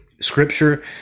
scripture